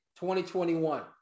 2021